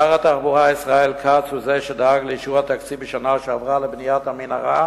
שר התחבורה ישראל כץ הוא שדאג לאישור התקציב בשנה שעברה לבניית המנהרה